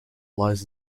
lies